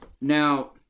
Now